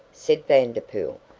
said vanderpool,